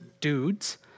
dudes